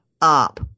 up